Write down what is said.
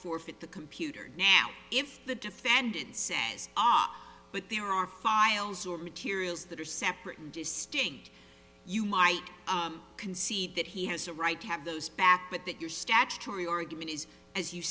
forfeit the computer now if the defendant says ah but there are files or materials that are separate and distinct you might concede that he has a right to have those back but that your statutory argument is as you